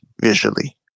visually